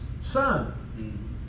son